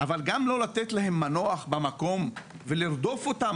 אבל גם לא לתת להם מנוח במקום ולרדוף אותם